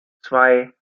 zwei